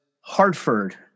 Hartford